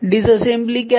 disassembly क्या है